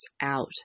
out